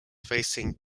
facing